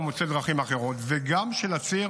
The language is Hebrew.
הוא מוצא דרכים אחרות, וגם של הציר